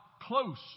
close